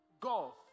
golf